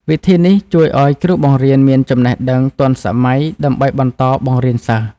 វិធីនេះជួយឱ្យគ្រូបង្រៀនមានចំណេះដឹងទាន់សម័យដើម្បីបន្តបង្រៀនសិស្ស។